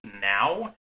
now